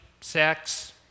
sex